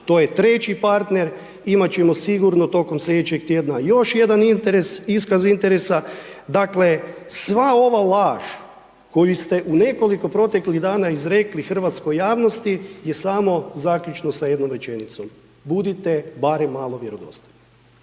to je treći partner, imat ćemo sigurno tokom slijedećeg tjedna još jedan iskaz interesa, dakle, sva ova laž koju ste u nekoliko proteklih dana izrekli hrvatskoj javnost je samo zaključno sa jednom rečenicom, budite barem malo vjerodostojni.